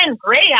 great